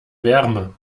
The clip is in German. wärme